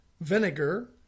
vinegar